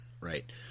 right